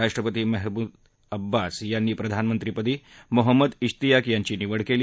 राष्ट्रपति Mahmoud Abbas यांनी पंतप्रधानपदी मोहम्मद शितयाक यांची निवड केली